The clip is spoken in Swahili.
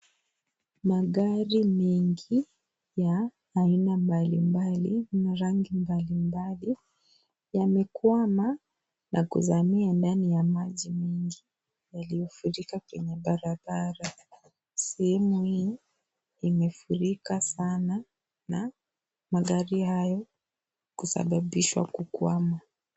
Magari mengi ya aina mbalimbali na rangi mbalimbali, yamekwama na kuzamia ndani ya maji mengi yaliyofurika kwenye barabara. Sehemu hii imefurika sana na magari hayo kusababishwa kukwama.